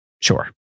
sure